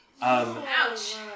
Ouch